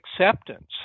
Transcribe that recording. acceptance